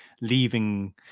leaving